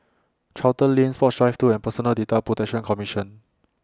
Charlton Lane Sports Drive two and Personal Data Protection Commission